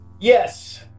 Yes